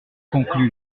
conclut